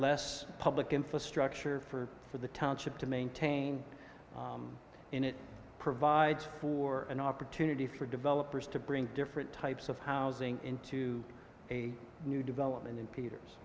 less public infrastructure for for the township to maintain and it provides for an opportunity for developers to bring different types of housing into a new development in peters